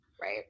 right